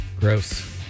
Gross